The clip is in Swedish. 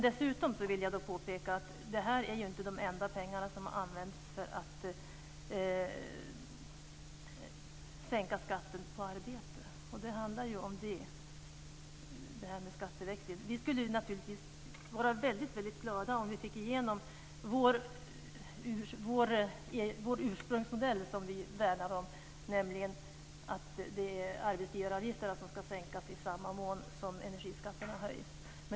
Dessutom vill jag påpeka att det här inte är de enda pengar som används för att sänka skatten på arbete. Skatteväxlingen handlar ju om det. Vi skulle naturligtvis vara väldigt glada om vi fick igenom vår ursprungsmodell, som vi värnar om, nämligen att det är arbetsgivaravgifterna som ska sänkas i samma mån som energiskatterna höjs.